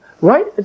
right